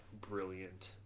brilliant